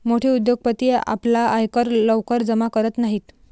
मोठे उद्योगपती आपला आयकर लवकर जमा करत नाहीत